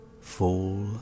fall